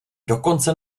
dokonce